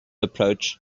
approach